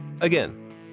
Again